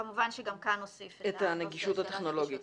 כמובן שגם כאן נוסיף את הנגישות הטכנולוגית.